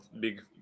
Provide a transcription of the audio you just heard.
big